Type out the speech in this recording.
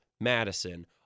Madison